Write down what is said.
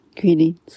Greetings